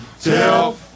Tell